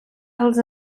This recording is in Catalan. els